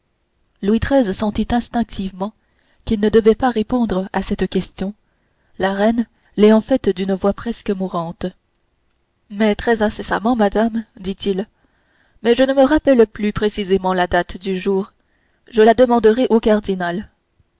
louis xiii sentit instinctivement qu'il ne devait pas répondre à cette question la reine l'ayant faite d'une voix presque mourante mais très incessamment madame dit-il mais je ne me rappelle plus précisément la date du jour je la demanderai au cardinal